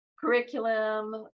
Curriculum